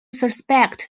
suspect